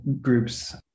groups